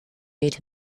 made